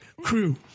crew